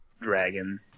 dragon